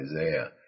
Isaiah